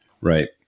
Right